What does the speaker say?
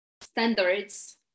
standards